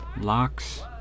locks